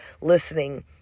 listening